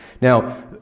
Now